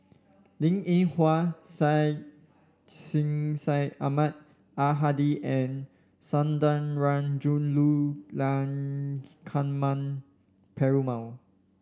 Linn In Hua Syed Sheikh Syed Ahmad Al Hadi and Sundarajulu Perumal